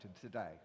today